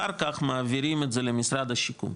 אחר כך מעבירים את זה למשרד השיכון,